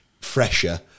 fresher